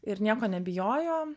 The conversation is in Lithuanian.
ir nieko nebijojo